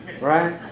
Right